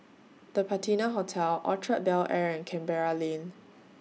The Patina Hotel Orchard Bel Air and Canberra Lane